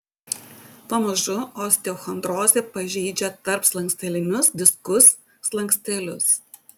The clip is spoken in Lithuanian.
pamažu osteochondrozė pažeidžia tarpslankstelinius diskus slankstelius